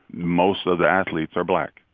most of the athletes are black.